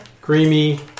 creamy